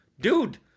dude